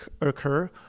Occur